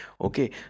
okay